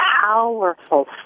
powerful